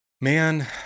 Man